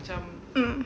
um